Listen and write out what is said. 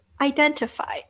identify